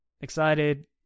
excited